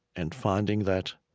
and finding that